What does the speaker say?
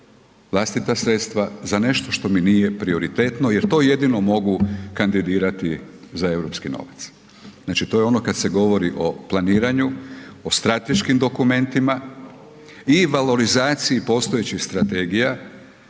vlastita sredstva za nešto što mi nije prioritetno jer to jedino mogu kandidirati za europski novac. Znači to je ono kad se govori o planiranju, o strateškim dokumentima i valorizaciji postojećih strategija